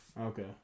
Okay